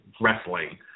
wrestling